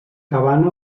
cabana